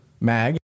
mag